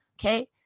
Okay